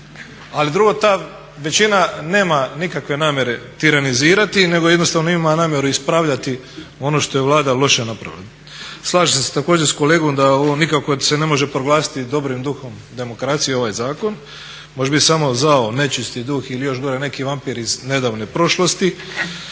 A drugo, ta većina nema nikakve namjere tiranizirati nego jednostavno ima namjeru ispravljati ono što je Vlada loše napravila. Slažem se također s kolegom da ovo nikako se ne može proglasiti dobrim duhom demokracije ovaj zakon. Može biti samo zao, nečisti duh ili još gore neki vampir iz nedavne prošlosti.